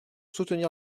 soutenir